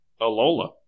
Alola